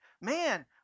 man